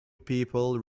people